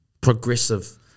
progressive